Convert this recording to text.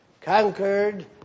conquered